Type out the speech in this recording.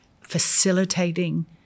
facilitating